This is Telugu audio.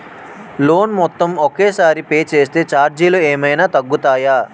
లోన్ మొత్తం ఒకే సారి పే చేస్తే ఛార్జీలు ఏమైనా తగ్గుతాయా?